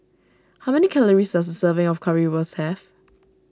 how many calories does a serving of Currywurst have